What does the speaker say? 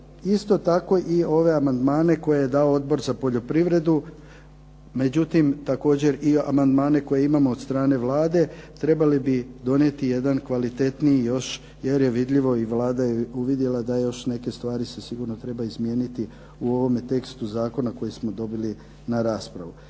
isto tako i ove amadnmane koje je dao Odbor za poljoprivredu, međutim, također i amandmane koje imamo od strane Vlade, trebalo bi donijeti kvalitetniji još, jer je vidljivo i Vlada je uvidjela da neke stvari se sigurno treba izmijeniti u ovome tekstu Zakona kojeg smo dobili na raspravu.